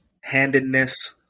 Handedness